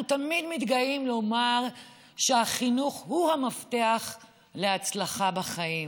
אנחנו תמיד מתגאים לומר שהחינוך הוא המפתח להצלחה בחיים.